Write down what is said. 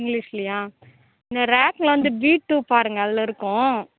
இங்கிலீஷ்லேயா இந்த ரேக்கில் வந்து பி டூ பாருங்கள் அதில் இருக்கும்